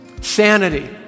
sanity